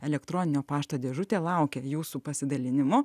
elektroninio pašto dėžutė laukia jūsų pasidalinimo